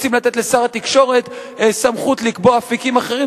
רוצים לתת לשר התקשורת סמכות לקבוע אפיקים אחרים.